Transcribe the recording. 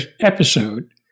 episode